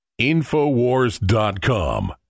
Infowars.com